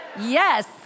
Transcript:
Yes